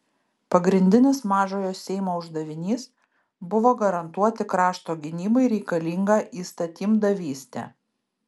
pagrindinis mažojo seimo uždavinys buvo garantuoti krašto gynybai reikalingą įstatymdavystę